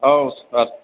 औ सार